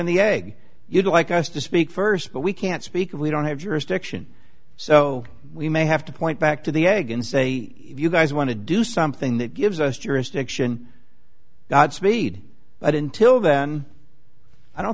in the egg you'd like us to speak first but we can't speak of we don't have jurisdiction so we may have to point back to the egg and say if you guys want to do something that gives us jurisdiction not speed but until then i don't